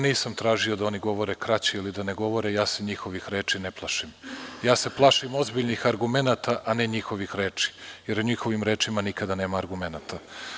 Nisam tražio da oni govore kraće ili da ne govore, ja se njihovih reči ne plašim, plašim se ozbiljnih argumenata, a ne njihovih reči, jer u njihovima rečima nikada nema argumenata.